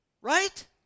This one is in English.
Right